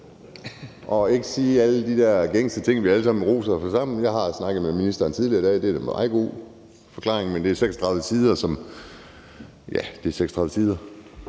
og ikke sige alle de der gængse ting, vi alle sammen roser os af. Jeg har snakket med ministeren tidligere i dag, og det er en meget god redegørelse, men det er 36 sider. Der er gode